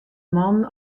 mannen